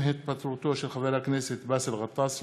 עם התפטרותו של חבר הכנסת באסל גטאס,